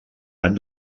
van